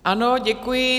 Ano, děkuji.